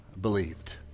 believed